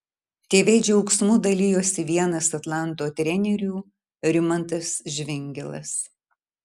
tv džiaugsmu dalijosi vienas atlanto trenerių rimantas žvingilas